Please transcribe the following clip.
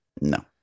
No